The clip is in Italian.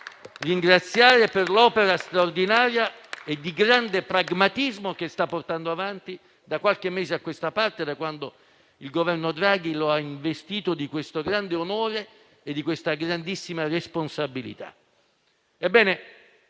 per l'opera straordinaria e di grande pragmatismo che sta portando avanti da qualche mese a questa parte, da quando il Governo Draghi lo ha investito di questo grande onore e di questa grandissima responsabilità.